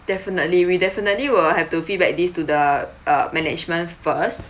definitely we definitely will have to feedback this to the uh management first